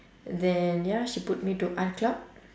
then ya she put me to art club